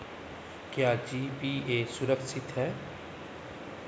क्या जी.पी.ए सुरक्षित है?